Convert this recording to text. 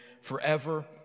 forever